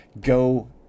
go